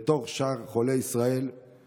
בתוך שאר חולי ישראל,